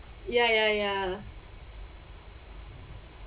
ya ya ya